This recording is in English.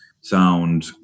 sound